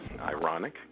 Ironic